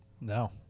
No